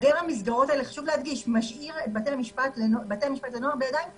היעדר המסגרות האלה משאיר את בתי המשפט לנוער בידיים כבולות.